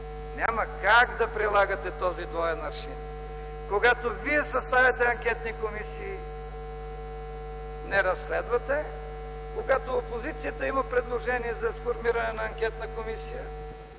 Няма как да прилагате този двоен аршин! Когато вие създавате анкетни комисии – не разследвате, а когато опозицията има предложение за сформиране на анкетна комисия